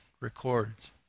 records